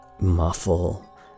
muffle